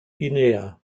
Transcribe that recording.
guinea